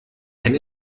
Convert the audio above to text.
ein